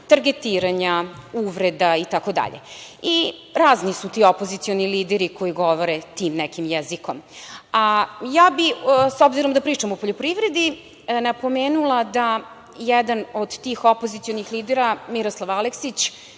targetiranja, uvreda i tako dalje. Razni su ti opozicioni lideri koji govore tim nekim jezikom. Ja bih, s obzirom da pričamo o poljoprivredi, napomenula da jedan od tih opozicionih lidera, Miroslav Aleksić,